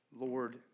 Lord